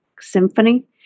symphony